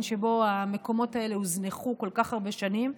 שבו המקומות האלה הוזנחו כל כך הרבה שנים.